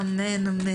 אמן.